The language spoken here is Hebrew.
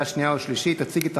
נתקבל.